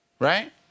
Right